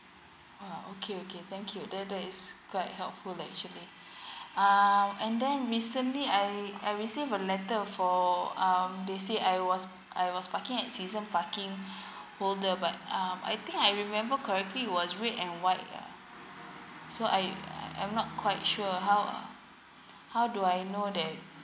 !wah! okay okay thank you that that's quite helpful actually um and then recently I I receive a letter for um they say I was I was parking at season parking holder but um I think I remember correctly it was red and white ah so I I'm not quite sure how uh how do I know that